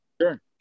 Sure